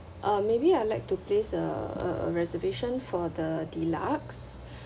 uh maybe I'd like to place the a reservation for the deluxe